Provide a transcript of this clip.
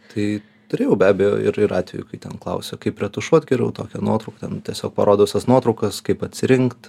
tai turėjau be abejo ir ir atvejų kai ten klausia kaip retušuot geriau tokią nuotrauką ten tiesiog parodau visas nuotraukas kaip atsirinkt